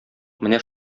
менә